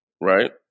Right